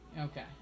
Okay